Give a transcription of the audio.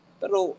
pero